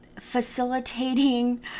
facilitating